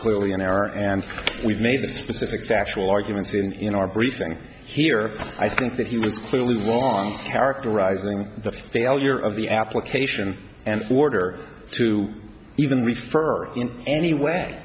clearly an error and we've made the specific factual arguments in our briefing here i think that he was clearly wrong characterizing the failure of the application and order to even refer in any way